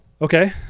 Okay